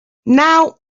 now